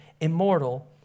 immortal